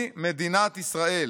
היא מדינת ישראל.